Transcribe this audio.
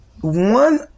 one